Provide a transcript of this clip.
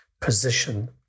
position